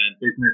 Business